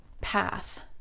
path